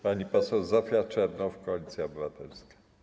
Pani poseł Zofia Czernow, Koalicja Obywatelska.